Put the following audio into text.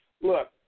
Look